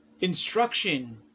instruction